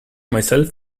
myself